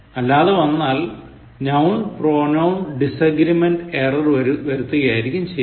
അല്ലാതെ വന്നാൽ noun pronoun disagreement error വരുത്തുകയായിരിക്കും ചെയ്യുക